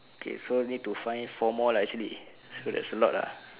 okay so need to find four more lah actually so there's a lot lah